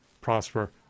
prosper